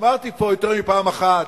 אמרתי פה יותר מפעם אחת,